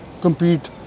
compete